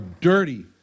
dirty